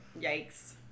yikes